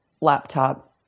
laptop